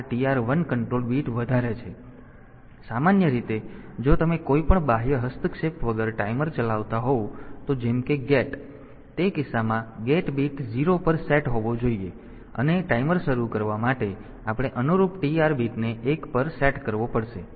તેથી સામાન્ય રીતે જો તમે કોઈપણ બાહ્ય હસ્તક્ષેપ વગર ટાઈમર ચલાવતા હોવ તો જેમ કે ગેટ તેથી તે કિસ્સામાં ગેટ બીટ 0 પર સેટ હોવો જોઈએ અને ટાઈમર શરૂ કરવા માટે આપણે અનુરૂપ TR બીટને એક પર સેટ કરવો પડશે